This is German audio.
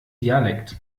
dialekt